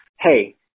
hey